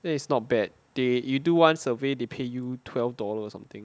then it's not bad they you do one survey they pay you twelve dollar or something